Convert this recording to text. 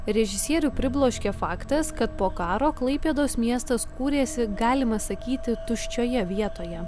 režisierių pribloškė faktas kad po karo klaipėdos miestas kūrėsi galima sakyti tuščioje vietoje